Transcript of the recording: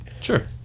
Sure